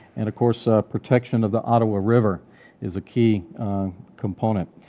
and course ah protection of the ottawa river is a key component.